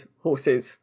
horses